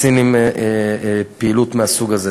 הסינים, פעילות מהסוג הזה.